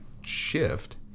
shift